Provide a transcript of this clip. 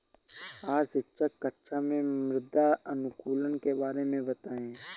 आज शिक्षक कक्षा में मृदा अनुकूलक के बारे में बताएं